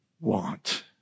want